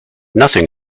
nothing